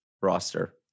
roster